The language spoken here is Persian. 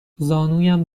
زانویم